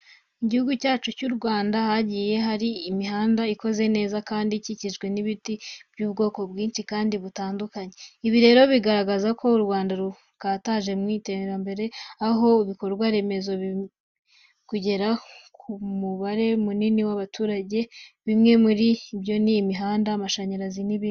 Mu gihugu cyacu cy'u Rwanda hagiye hari imihanda ikoze neza kandi ikikijwe n'ibiti by'ubwoko bwinshi kandi butandukanye. Ibi rero bigaragaza ko u Rwanda rukataje mu iterambere, aho ibikorwa remezo bimaze kugera ku mubare munini w'abaturage. Bimwe muri byo ni imihanda, amashanyarazi n'ibindi.